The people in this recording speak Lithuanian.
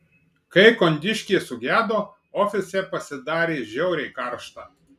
kai kondiškė sugedo ofise pasidarė žiauriai karšta